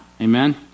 Amen